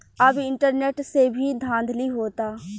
अब इंटरनेट से भी धांधली होता